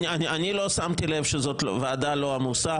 --- אני לא שמתי לב שזאת ועדה לא עמוסה.